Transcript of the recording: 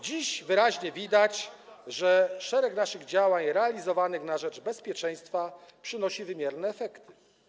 Dziś wyraźnie widać, że szereg naszych działań realizowanych na rzecz bezpieczeństwa przynosi wymierne efekty.